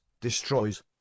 destroys